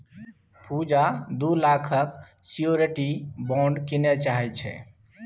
पुजा दु लाखक security bond कीनय चाहै छै